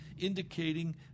indicating